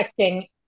texting